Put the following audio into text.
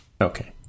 Okay